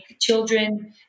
children